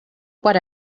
what